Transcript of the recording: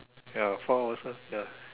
ya four hours lah ya